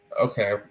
Okay